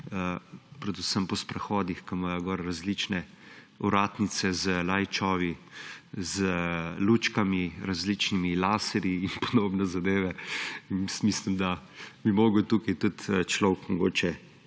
predvsem na sprehodih, ki imajo različne ovratnice z light showi, lučkami, različnimi laserji in podobne zadeve. Mislim, da bi moral tu tudi človek malce